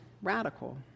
Radical